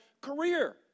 career